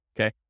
Okay